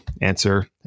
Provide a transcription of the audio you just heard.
answer